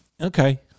Okay